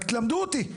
רק תלמדו אותי.